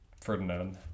Ferdinand